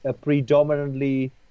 predominantly